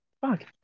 Fuck